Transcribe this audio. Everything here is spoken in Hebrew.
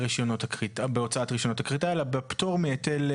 בהוצאת רישיונות הכריתה אלא בפטור מההיטל,